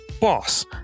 boss